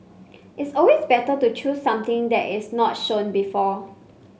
it's always better to choose something that is not shown before